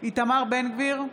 איתמר בן גביר,